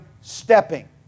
stepping